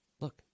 Look